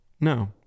No